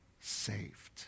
saved